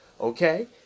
okay